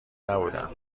نبودم